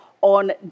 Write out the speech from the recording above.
on